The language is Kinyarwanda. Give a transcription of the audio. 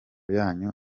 yanyu